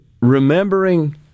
remembering